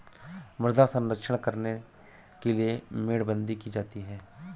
मृदा संरक्षण करने के लिए मेड़बंदी की जाती है